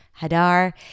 Hadar